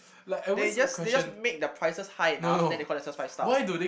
they just they just made the prices high enough then they call themselves five stars